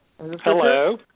Hello